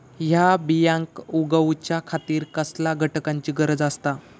हया बियांक उगौच्या खातिर कसल्या घटकांची गरज आसता?